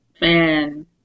man